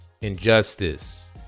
injustice